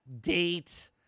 date